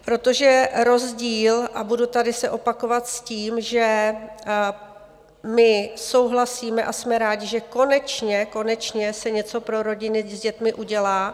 protože rozdíl, a budu tady se opakovat s tím, že my souhlasíme a jsme rádi, že konečně, konečně se něco pro rodiny s dětmi udělá.